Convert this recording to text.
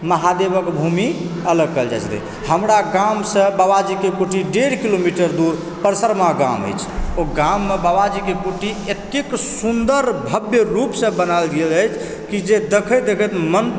महादेवके भूमि कहल जा सकैत अछि हमरा गाँवसँ बाबाजीके कुटी डेढ़ किलोमीटर दूर परसरमा गाँवमे अछि ओहि गाममे बाबाजीके कुटी एते सुन्दर भव्य रूपसँ बनाएल गेल अछि कि जँ देखैत देखैत मंत्र